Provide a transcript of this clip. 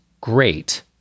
great